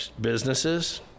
businesses